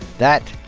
that,